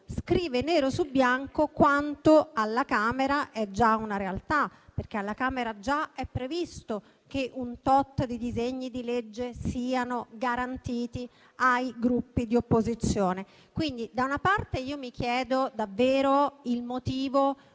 Scrive nero su bianco quanto alla Camera è già una realtà, perché alla Camera già è previsto che un certo numero di disegni di legge sia garantito ai Gruppi di opposizione. Mi chiedo davvero il motivo